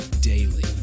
daily